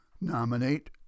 nominate